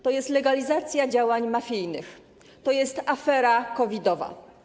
To jest legalizacja działań mafijnych, to jest afera COVID-owa.